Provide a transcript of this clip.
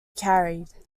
carried